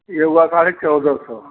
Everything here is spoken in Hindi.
यह हुआ साढ़े चौदह सौ